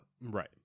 Right